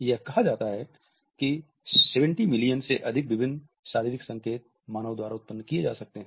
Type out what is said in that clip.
यह कहा जाता है कि 70 मिलियन से अधिक विभिन्न शारीरिक संकेत मानव द्वारा उत्पन्न किए जा सकते हैं